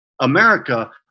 America